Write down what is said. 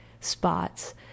spots